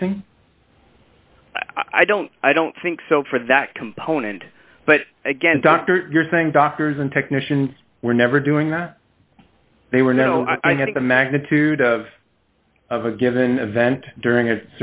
missing i don't i don't think so for that component but again doctor you're saying doctors and technicians were never doing that they were not i had the magnitude of of a given event during a